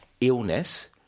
illness